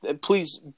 Please